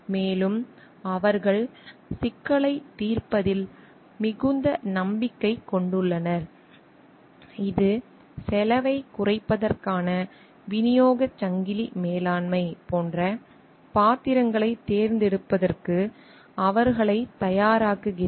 மேலும் அவர்கள் சிக்கலைத் தீர்ப்பதில் மிகுந்த நம்பிக்கை கொண்டுள்ளனர் இது செலவைக் குறைப்பதற்கான விநியோகச் சங்கிலி மேலாண்மை போன்ற பாத்திரங்களைத் தேர்ந்தெடுப்பதற்கு அவர்களைத் தயாராக்குகிறது